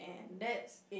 that